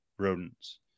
rodents